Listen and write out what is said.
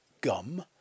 gum